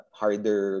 harder